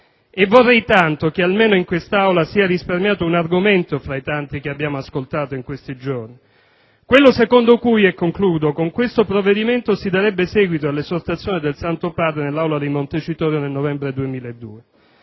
E vorrei tanto che almeno in questa Aula fosse risparmiato un argomento, tra i molti ascoltati in questi giorni, quello secondo cui con questo provvedimento si darebbe seguito all'esortazione del Santo Padre nell'Aula di Montecitorio nel novembre 2002.